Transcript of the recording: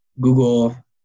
Google